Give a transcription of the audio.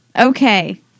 Okay